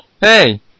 Hey